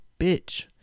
bitch